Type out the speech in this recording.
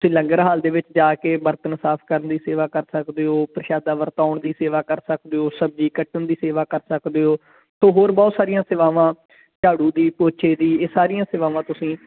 ਅਤੇ ਲੰਗਰ ਹਾਲ ਦੇ ਵਿੱਚ ਜਾ ਕੇ ਬਰਤਨ ਸਾਫ ਕਰਨ ਦੀ ਸੇਵਾ ਕਰ ਸਕਦੇ ਹੋ ਪ੍ਰਸ਼ਾਦਾ ਵਰਤਾਉਣ ਦੀ ਸੇਵਾ ਕਰ ਸਕਦੇ ਹੋ ਸਬਜ਼ੀ ਕੱਟਣ ਦੀ ਸੇਵਾ ਕਰ ਸਕਦੇ ਹੋ ਤਾਂ ਹੋਰ ਬਹੁਤ ਸਾਰੀਆਂ ਸੇਵਾਵਾਂ ਝਾੜੂ ਦੀ ਪੋਚੇ ਦੀ ਇਹ ਸਾਰੀਆਂ ਸੇਵਾਵਾਂ ਤੁਸੀਂ